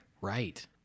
Right